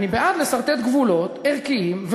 ואני בעד סרטוט גבולות ערכיים.